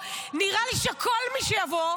אני לא יודעת גם מי יבוא במקומו.